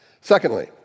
Secondly